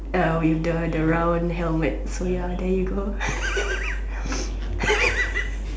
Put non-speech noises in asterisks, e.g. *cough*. uh with the the round helmet so ya there you go *laughs*